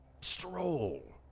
stroll